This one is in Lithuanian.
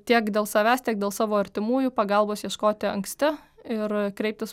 tiek dėl savęs tiek dėl savo artimųjų pagalbos ieškoti anksti ir kreiptis